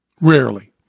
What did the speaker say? rarely